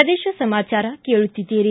ಪ್ರದೇಶ ಸಮಾಚಾರ ಕೇಳುತ್ತೀದ್ದಿರಿ